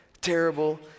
terrible